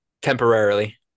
temporarily